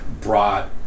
brought